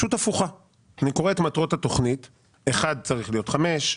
אני קורא את מטרות התוכנית ורואה ש-1 צריך להיות 5,